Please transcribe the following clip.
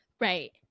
right